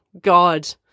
God